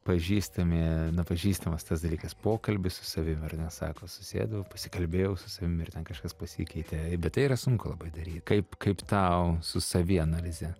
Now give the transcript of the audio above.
pažįstami na pažįstamas tas dalykas pokalbis su savim ar ne sako susėdu pasikalbėjau su savim ir ten kažkas pasikeitė bet tai yra sunku labai dary kaip kaip tau su savianalize